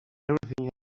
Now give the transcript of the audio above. everything